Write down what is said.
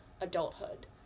adulthood